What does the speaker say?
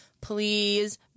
please